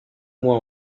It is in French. mois